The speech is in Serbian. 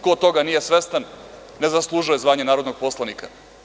Ko toga nije svestan ne zaslužuje zvanje narodnog poslanika.